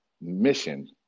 mission